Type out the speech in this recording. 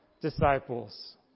disciples